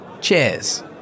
Cheers